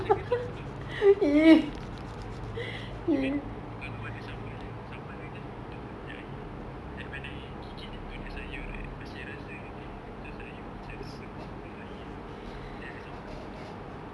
rasa dia semua sama tak pernah tukar even kalau ada sambal kan sambalnya just tutup dia punya air like when I gigit into the sayur right masih rasa eh ini macam sayur macam daun keluar air then ada sambal itu jer